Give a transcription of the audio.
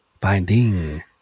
Finding